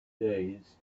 days